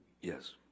Yes